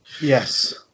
Yes